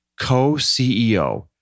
co-CEO